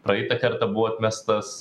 praeitą kartą buvo atmestas